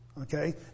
Okay